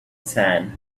sand